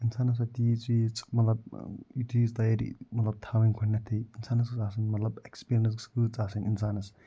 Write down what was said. اِنسانَس سۄ تیٖژ ویٖژ مطلب یہِ چیٖز تیٲری مطلب تھاوٕنۍ گۄڈٕنٮ۪تھٕے اِنسانَس گٔژھ آسٕنۍ مطلب اٮ۪کٕسپریٖنَس گٔژھ کۭژھ آسٕنۍ اِنسانَس